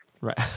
Right